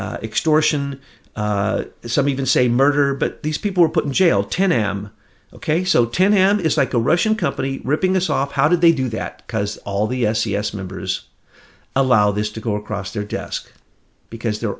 extortion the some even say murder but these people were put in jail ten am ok so ten am is like a russian company ripping us off how did they do that because all the s e s members allow this to go across their desk because they're